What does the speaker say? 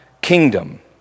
kingdom